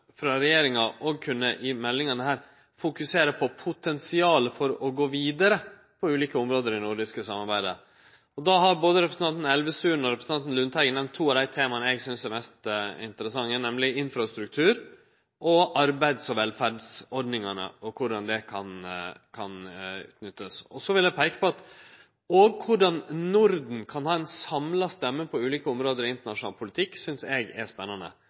frå regjeringa i desse meldingane òg kunne fokusere på potensialet for å gå vidare på ulike område i det nordiske samarbeidet. Både representanten Elvestuen og representanten Lundteigen nemnde to av dei temaa eg synest er mest interessante, nemleg infrastruktur og arbeids- og velferdsordningane og korleis det kan utnyttast. Òg korleis Norden kan ha ei samla stemme på ulike område i internasjonal politikk, synest eg er spennande.